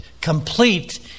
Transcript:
complete